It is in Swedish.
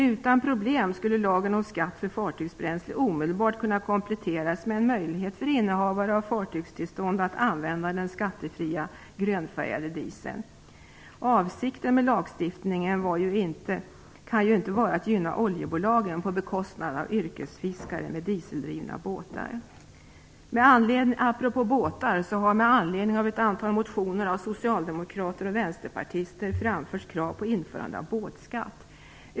Utan problem skulle Lagen om skatt för fartygsbränsle omedelbart kunna kompletteras med en möjlighet för innehavare av fartygstillstånd att använda den skattefria grönfärgade dieseln. Avsikten med lagstiftningen kan ju inte vara att gynna oljebolagen på bekostnad av yrkesfiskare med dieseldrivna båtar. Apropå båtar har med anledning av ett antal motioner av socialdemokrater och vänsterpartister framförts krav på införande av båtskatt.